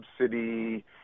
subsidy